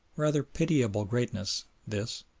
rather pitiable greatness this!